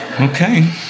Okay